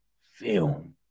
film